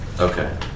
Okay